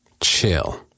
Chill